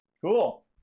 Cool